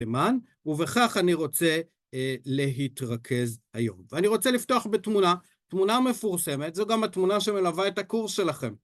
תימן, ובכך אני רוצה להתרכז היום. ואני רוצה לפתוח בתמונה, תמונה מפורסמת, זו גם התמונה שמלווה את הקורס שלכם.